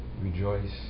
rejoice